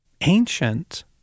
ancient